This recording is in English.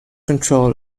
control